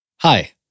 Hi